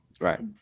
Right